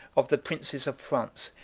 of the princes of france,